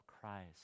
Christ